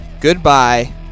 goodbye